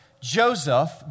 Joseph